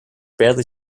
badly